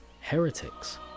heretics